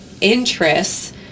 interests